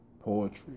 poetry